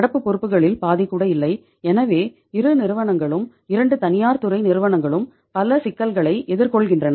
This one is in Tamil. நடப்பு பொறுப்புகளில் பாதி கூட இல்லை எனவே இரு நிறுவனங்களும் இரண்டு தனியார் துறை நிறுவனங்களும் பல சிக்கல்களை எதிர்கொள்கின்றன